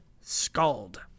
Scald